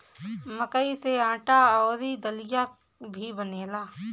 मकई से आटा अउरी दलिया भी बनेला